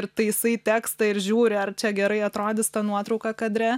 ir taisai tekstą ir žiūri ar čia gerai atrodys ta nuotrauka kadre